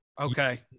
Okay